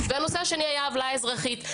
והנושא השני היה עוולה אזרחית.